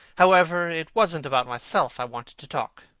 however, it wasn't about myself i wanted to talk.